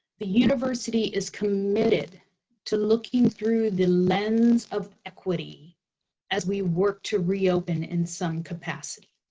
the university is committed to looking through the lens of equity as we work to reopen in some capacity.